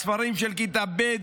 בספרים של כיתה ב',